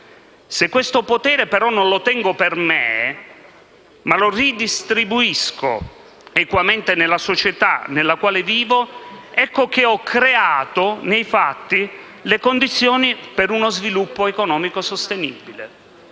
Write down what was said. Se questo potere però non lo tengo per me, ma lo ridistribuisco equamente nella società nella quale vivo, ecco che ho creato nei fatti le condizioni per uno sviluppo economico sostenibile.